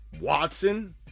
Watson